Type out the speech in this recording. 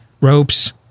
ropes